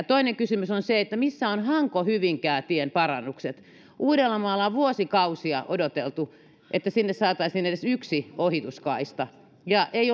tärkeää toinen kysymys on missä ovat hanko hyvinkää tien parannukset uudellamaalla on vuosikausia odoteltu että sinne saataisiin edes yksi ohituskaista ja ei